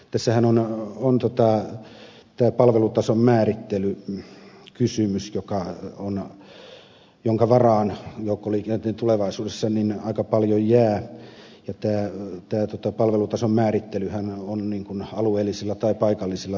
tässähän on tämä palvelutason määrittelykysymys jonka varaan joukkoliikenne tulevaisuudessa aika paljon jää ja tämä palvelutason määrittelyhän on alueellisilla tai paikallisilla viranomaisilla